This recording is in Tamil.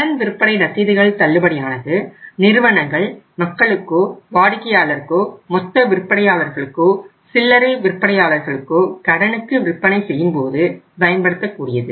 கடன் விற்பனை ரசீதுகள் தள்ளுபடியானது நிறுவனங்கள் மக்களுக்கோ வாடிக்கையாளருக்கோ மொத்த விற்பனையாளர்களுக்கோ சில்லறை விற்பனையாளர்களுக்கோ கடனுக்கு விற்பனை செய்யும்போது பயன்படுத்தக்கூடியது